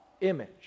image